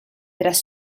tras